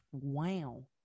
wow